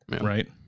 Right